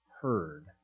heard